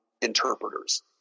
interpreters